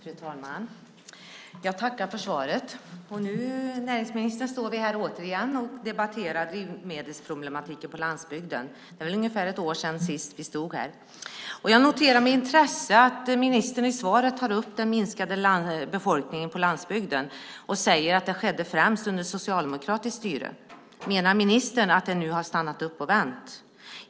Fru talman! Jag tackar för svaret. Nu står vi här återigen, näringsministern, och debatterar drivmedelsproblemen på landsbygden. Det är väl ungefär ett år sedan vi stod här sist. Jag noterar med intresse att ministern i svaret tar upp den minskade befolkningen på landsbygden och säger att det främst skedde under socialdemokratiskt styre. Menar ministern att det nu har stannat upp och vänt?